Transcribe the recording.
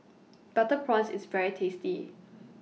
Butter Prawns IS very tasty